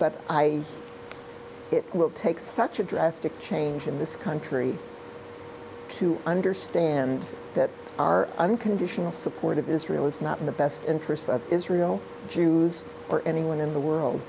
but it will take such a drastic change in this country to understand that our unconditional support of israel is not in the best interests of israel jews or anyone in the